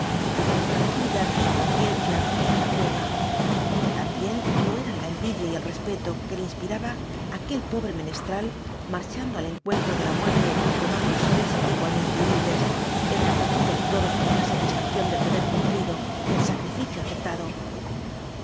la intranquilidad de su conciencia era la prueba también lo eran la envidia y el respeto que le inspiraba aquel pobre menestral marchando al encuentro de la muerte con otros seres igualmente humildes enardecidos todos por la satisfacción del deber cumplido del sacrificio aceptado